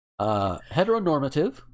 heteronormative